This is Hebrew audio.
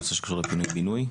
בנושא שקשור לפינוי בינוי,